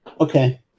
Okay